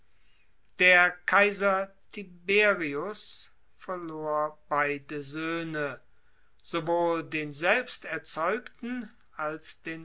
der kaiser tiberius verlor beide söhne sowohl den selbst erzeugten als den